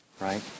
Right